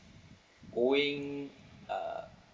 going uh